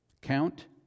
Count